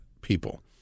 people